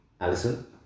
Alison